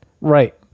right